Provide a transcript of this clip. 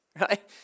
Right